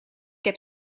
heb